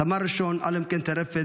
סמל ראשון עלמקאן טרפה,